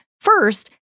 First